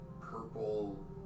purple